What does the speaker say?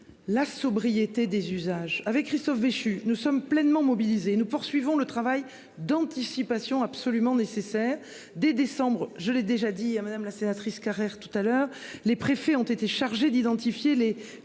La sobriété des usages avec Christophe Béchu. Nous sommes pleinement mobilisés. Nous poursuivons le travail d'anticipation absolument nécessaire dès décembre. Je l'ai déjà dit à Madame, la sénatrice Carrère tout à l'heure, les préfets ont été chargés d'identifier les